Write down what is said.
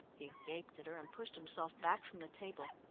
he gaped at her, and pushed himself back from the table.